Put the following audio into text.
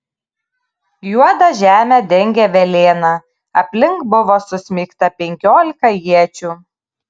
juodą žemę dengė velėna aplink buvo susmeigta penkiolika iečių